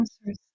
answers